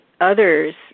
others